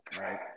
right